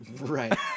Right